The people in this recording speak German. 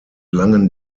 langen